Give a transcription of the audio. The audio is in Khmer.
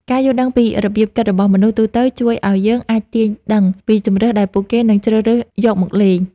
ការយល់ដឹងពីរបៀបគិតរបស់មនុស្សទូទៅជួយឱ្យយើងអាចទាយដឹងពីជម្រើសដែលពួកគេនឹងជ្រើសរើសយកមកលេង។